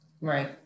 Right